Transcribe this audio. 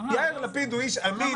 יאיר לפיד הוא איש אנין,